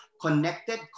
connected